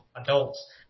adults